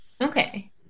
Okay